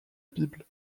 bible